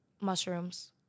mushrooms